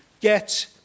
Get